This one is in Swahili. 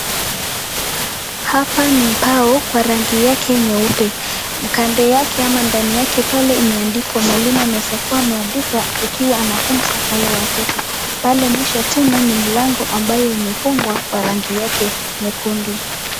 Hapa ni bao kwa rangi yake nyeupe, kando yake ama ndani yake imeandikwa . Mwalimu anaweza kuwa ameandika akiwa anafunza wale watoto. Pale mwisho tena ni mlango ambayo imefungwa kwa rangi yake nyekundu.